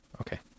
Okay